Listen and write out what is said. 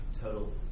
total